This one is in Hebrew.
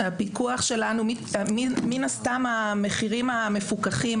מן הסתם המחירים המפוקחים,